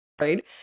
Right